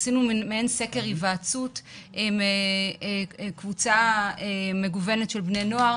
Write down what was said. עשינו מעין סקר היוועצות עם קבוצה מגוונת של בני נוער